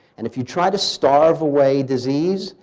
and if you try to starve away disease,